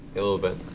a little bit.